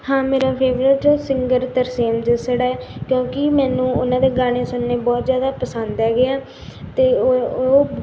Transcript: ਹਾਂ ਮੇਰਾ favourite singer Tarsem Jassar ਹੈ ਕਿਉਂਕਿ ਮੈਨੂੰ ਉਹਨਾਂ ਦੇ ਗਾਣੇ ਸੁਣਨੇ ਬਹੁਤ ਜ਼ਿਆਦਾ ਪਸੰਦ ਹੈਗੇ ਆ ਅਤੇ ਉਹਉਹ